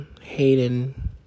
Hayden